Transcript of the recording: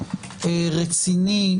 רציני,